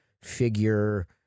figure